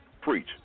preach